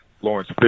Lawrence